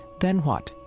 then what?